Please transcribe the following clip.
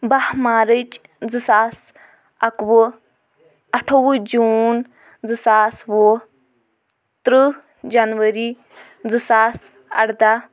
باہ مارٕچ زٕ ساس اَکوُہ اَٹھووُہ جوٗن زٕ ساس وُہ ترٕٛہ جَنؤری زٕ ساس اردَہ